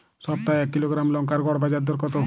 সপ্তাহে এক কিলোগ্রাম লঙ্কার গড় বাজার দর কতো?